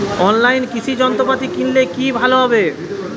অনলাইনে কৃষি যন্ত্রপাতি কিনলে কি ভালো হবে?